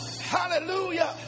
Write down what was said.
Hallelujah